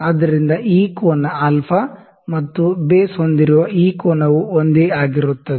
ಆದ್ದರಿಂದ ಈ ಕೋನ 'α' ಮತ್ತು ಬೇಸ್ ಹೊಂದಿರುವ ಈ ಕೋನವು ಒಂದೇ ಆಗಿರುತ್ತದೆ